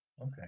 Okay